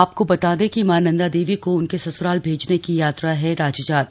आपको बता दें कि मां नंदा देवी को उनके ससुराल भेजने की यात्रा है राजजात